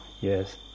yes